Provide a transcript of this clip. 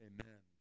Amen